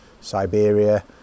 siberia